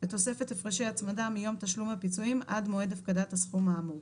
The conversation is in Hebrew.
בתוספת הפרשי הצמדה מיום תשלום הפיצויים עד מועד הפקדת הסכום האמור.